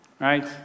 Right